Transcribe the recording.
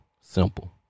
Simple